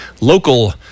local